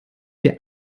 der